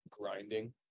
grinding